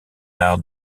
art